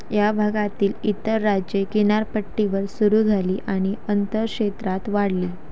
या भागातील इतर राज्ये किनारपट्टीवर सुरू झाली आणि अंतर्क्षेत्रात वाढली